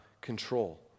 control